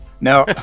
No